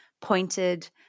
pointed